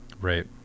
right